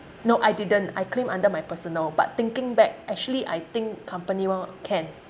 no I didn't I claim under my personal but thinking back actually I think company [one] can